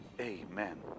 amen